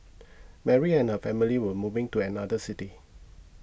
Mary and her family were moving to another city